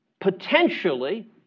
potentially